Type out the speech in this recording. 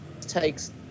takes